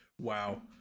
Wow